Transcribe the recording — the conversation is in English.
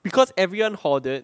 because everyone hoarded